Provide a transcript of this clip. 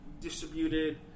distributed